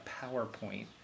PowerPoint